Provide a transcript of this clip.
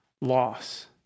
loss